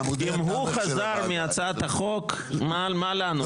אם הוא חזר מהצעת החוק, על מה לנו?